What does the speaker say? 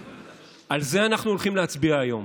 על זה אנחנו הולכים להצביע היום,